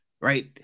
right